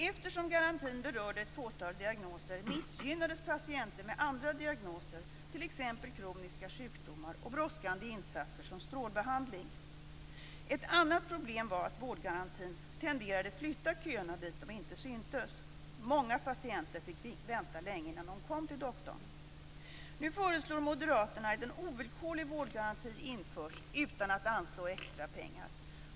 Eftersom garantin berörde ett fåtal diagnoser missgynnades patienter med andra diagnoser, t.ex. kroniska sjukdomar och brådskande insatser som strålbehandling. Ett annat problem var att vårdgarantin tenderade att flytta köerna dit där de inte syntes. Många patienter fick vänta länge innan de kom till doktorn. Nu föreslår moderaterna att en ovillkorlig vårdgaranti införs utan att anslå extra pengar.